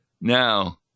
Now